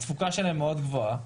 התפוקה שלהם מאוד גבוהה.